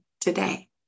today